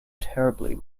terribly